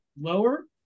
lower